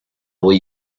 will